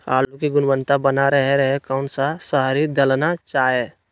आलू की गुनबता बना रहे रहे कौन सा शहरी दलना चाये?